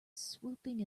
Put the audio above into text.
swooping